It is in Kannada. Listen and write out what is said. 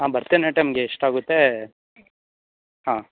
ಹಾಂ ಭರತನಾಟ್ಯಮ್ಗೆ ಎಷ್ಟಾಗುತ್ತೆ ಹಾಂ